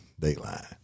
Dateline